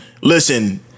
listen